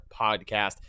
Podcast